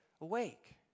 awake